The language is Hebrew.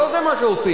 לא זה מה שעושים.